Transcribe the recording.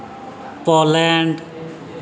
Poland